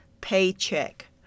paycheck